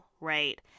right